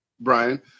Brian